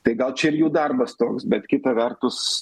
tai gal čia ir jų darbas toks bet kita vertus